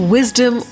Wisdom